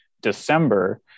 December